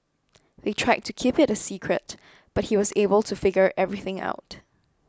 they tried to keep it a secret but he was able to figure everything out